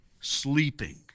sleeping